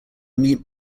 meet